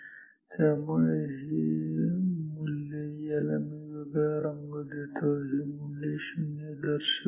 तर त्यामुळे हे मूल्य याला मी वेगळा रंग देतो हे मूल्य 0 दर्शवेल